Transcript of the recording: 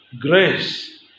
Grace